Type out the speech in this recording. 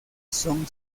son